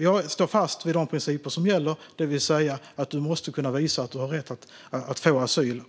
Jag står fast vid de principer som gäller, det vill säga att man måste kunna visa att man har rätt att få asyl.